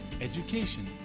education